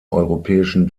europäischen